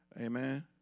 Amen